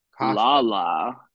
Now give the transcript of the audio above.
Lala